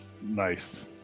nice